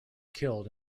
killed